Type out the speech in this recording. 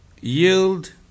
yield